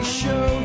show